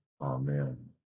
Amen